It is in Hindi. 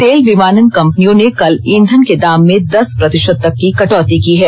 तेल विमानन कंपनियों ने कल ईंधन के दाम में दस प्रतिशत तक की कटौती की है